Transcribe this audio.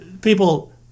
people